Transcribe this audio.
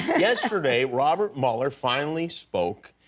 yesterday robert mueller finally spoke.